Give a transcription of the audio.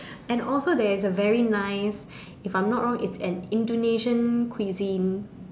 and also there's a very nice if I'm not wrong an Indonesian cuisine